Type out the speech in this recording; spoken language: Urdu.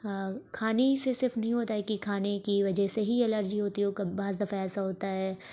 کھانے ہی سے صرف نہیں ہوتا ہے کہ کھانے کی وجہ سے ہی الرجی ہوتی ہو بعض دفعہ ایسا ہوتا ہے